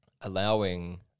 allowing